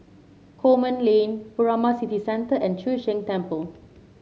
Coleman Lane Furama City Centre and Chu Sheng Temple